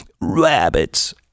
rabbits